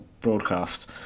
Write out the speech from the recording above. broadcast